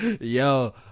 Yo